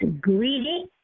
greedy